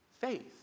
faith